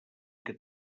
que